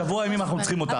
שבוע ימים אנחנו צריכים אותך.